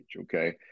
Okay